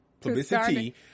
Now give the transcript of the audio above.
publicity